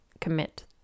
commit